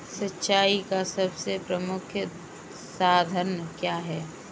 सिंचाई का सबसे प्रमुख साधन क्या है?